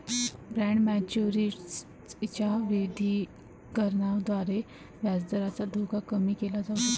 bond मॅच्युरिटी च्या विविधीकरणाद्वारे व्याजदराचा धोका कमी केला जाऊ शकतो